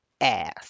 ass